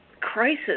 crisis